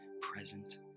present